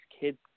kids